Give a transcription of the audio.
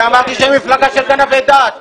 אמרתי שהם מפלגה של גנבי דעת.